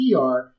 PR